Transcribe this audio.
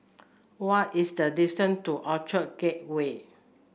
what is the distant to Orchard Gateway